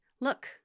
Look